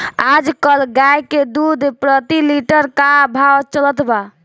आज कल गाय के दूध प्रति लीटर का भाव चलत बा?